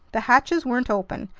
the hatches weren't open.